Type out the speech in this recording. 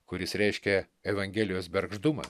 kuris reiškė evangelijos bergždumą